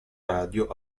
radio